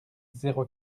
zéro